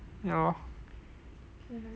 ya lor